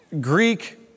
Greek